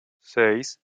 seis